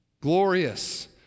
glorious